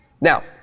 Now